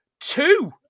Two